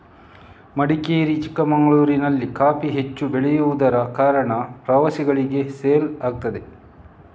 ಮಡಿಕೇರಿ, ಚಿಕ್ಕಮಗಳೂರಿನಲ್ಲಿ ಕಾಫಿ ಹೆಚ್ಚು ಬೆಳೆಯುದರ ಕಾರಣ ಪ್ರವಾಸಿಗಳಿಗೆ ಸೇಲ್ ಆಗ್ತದೆ